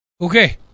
Okay